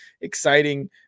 exciting